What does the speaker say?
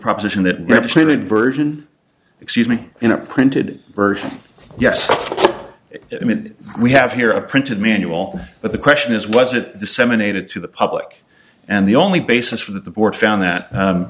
proposition that represented version excuse me in a printed version yes it we have here a printed manual but the question is was it disseminated to the public and the only basis for that the board found that